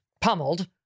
pummeled